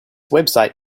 website